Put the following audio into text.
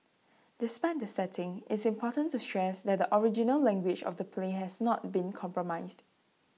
despite the setting it's important to stress that the original language of the play has not been compromised